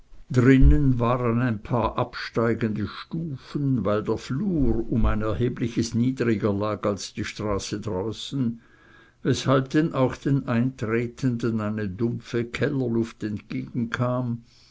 drinnen waren ein paar absteigende stufen weil der flur um ein erhebliches niedriger lag als die straße draußen weshalb denn auch den eintretenden eine dumpfe kellerluft entgegenkam